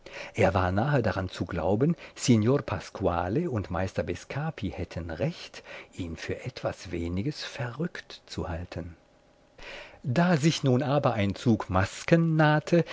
er war nahe daran zu glauben signor pasquale und meister bescapi hätten recht ihn für was weniges verrückt zu halten da sich nun aber ein zug masken nahte